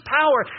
power